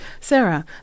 Sarah